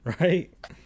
right